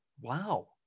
wow